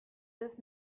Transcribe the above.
bis